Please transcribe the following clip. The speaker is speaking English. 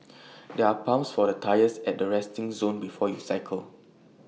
there're pumps for the tyres at the resting zone before you cycle